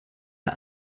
der